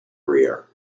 rear